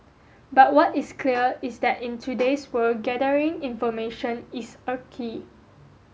but what is clear is that in today's world gathering information is a key